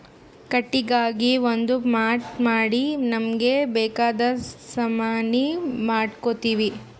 ಕಟ್ಟಿಗಿಗಾ ಒಂದ್ ಮಾಟ್ ಮಾಡಿ ನಮ್ಮ್ಗ್ ಬೇಕಾದ್ ಸಾಮಾನಿ ಮಾಡ್ಕೋತೀವಿ